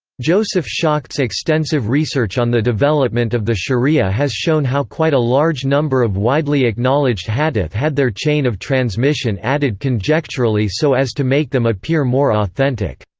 joseph schacht's extensive research on the development of the shariah has shown how quite a large number of widely acknowledged hadith had their chain of transmission added conjecturally so as to make them appear more authentic.